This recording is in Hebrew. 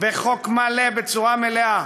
בחוק מלא, בצורה מלאה.